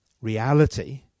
reality